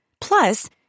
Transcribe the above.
Plus